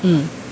mm